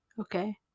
Okay